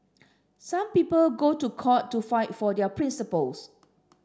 some people go to court to fight for their principles